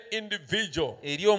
individual